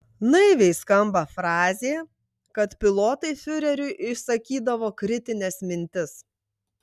naiviai skamba frazė kad pilotai fiureriui išsakydavo kritines mintis